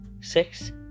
six